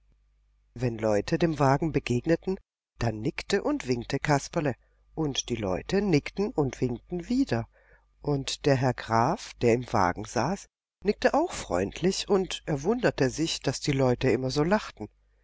wenn leute dem wagen begegneten dann nickte und winkte kasperle und die leute nickten und winkten wieder und der herr graf der im wagen saß nickte auch freundlich und er wunderte sich daß die leute immer so lachten